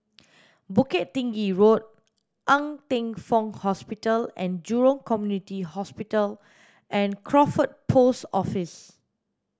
Bukit Tinggi Road Ng Teng Fong Hospital and Jurong Community Hospital and Crawford Post Office